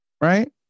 right